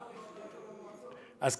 אז,